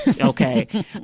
Okay